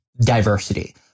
diversity